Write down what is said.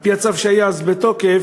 על-פי הצו שהיה בתוקף,